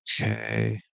Okay